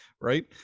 right